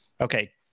Okay